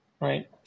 right